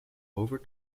over